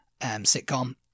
sitcom